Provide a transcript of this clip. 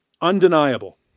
undeniable